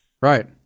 right